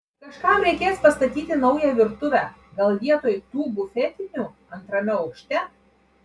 kažkam reikės pastatyti naują virtuvę gal vietoj tų bufetinių antrame aukšte